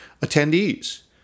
attendees